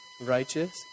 righteous